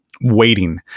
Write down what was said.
waiting